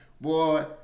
boy